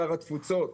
שר התפוצות,